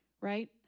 right